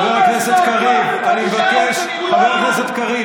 חבר הכנסת קריב, חבר הכנסת קריב.